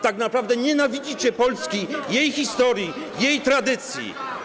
Tak naprawdę nienawidzicie Polski, jej historii, jej tradycji.